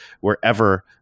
wherever